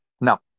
no